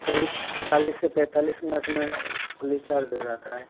करीब चालीस से पैंतालीस मिनट में फुली चार्ज हो जाता है